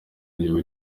gihugu